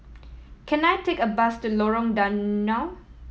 can I take a bus to Lorong Danau